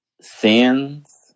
sins